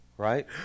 right